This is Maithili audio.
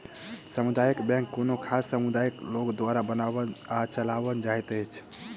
सामुदायिक बैंक कोनो खास समुदायक लोक द्वारा बनाओल आ चलाओल जाइत अछि